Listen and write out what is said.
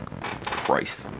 Christ